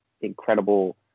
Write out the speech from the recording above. incredible